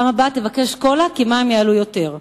בפעם הבאה תבקש קולה, כי מים יעלו יותר.